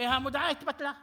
והמודעה התבטלה.